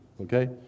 okay